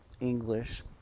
English